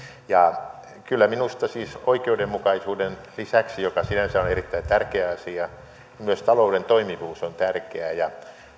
kyllä minusta oikeudenmukaisuuden lisäksi joka sinänsä on erittäin tärkeä asia myös talouden toimivuus on tärkeää ja